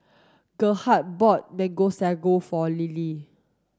Gerhardt bought mango sago for Lillie